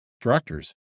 directors